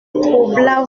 troubla